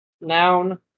Noun